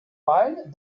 wein